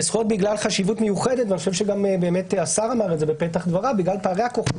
זכויות בגלל חשיבות מיוחדת והשר אמר את זה בגלל פערי הכוחות